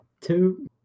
two